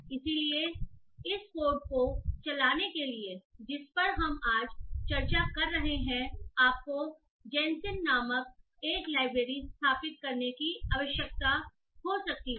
इसलिए इस कोड को चलाने के लिए जिस पर हम आज चर्चा कर रहे हैं आपको जैनसिम नामक एक लाइब्रेरी स्थापित करने की आवश्यकता हो सकती है